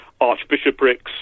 archbishoprics